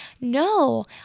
No